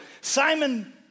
Simon